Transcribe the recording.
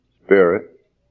spirit